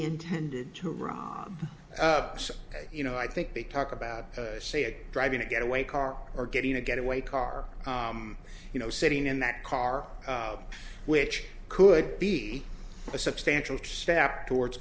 intended to rob us you know i think the talk about say that driving a getaway car or getting a getaway car you know sitting in that car which could be a substantial step towards